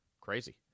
Crazy